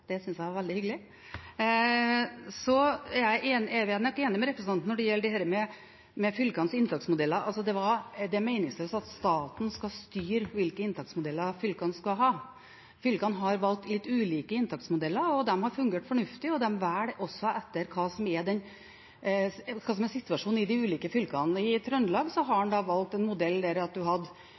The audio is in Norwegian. Det synes jeg var veldig hyggelig. Så er jeg nok enig med representanten når det gjelder dette med fylkenes inntaksmodeller. Det er meningsløst at staten skal styre hvilke inntaksmodeller fylkene skal ha. Fylkene har valgt litt ulike inntaksmodeller. De har fungert fornuftig, og de velger også modell etter hva som er situasjonen i de ulike fylkene. I Trøndelag har en valgt en modell der en for så vidt hadde